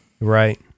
right